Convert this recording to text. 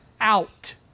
out